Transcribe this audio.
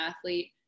athlete